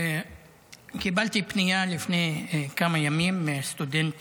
קיבלתי פנייה לפני כמה ימים מסטודנט